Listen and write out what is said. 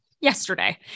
Yesterday